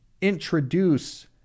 introduce